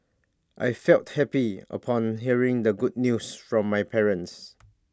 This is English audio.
I felt happy upon hearing the good news from my parents